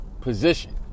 Position